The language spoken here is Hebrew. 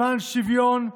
למען שוויון,